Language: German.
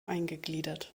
eingegliedert